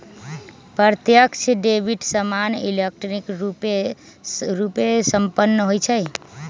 प्रत्यक्ष डेबिट सामान्य इलेक्ट्रॉनिक रूपे संपन्न होइ छइ